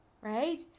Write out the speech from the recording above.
right